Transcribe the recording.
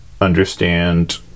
understand